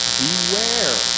beware